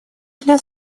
для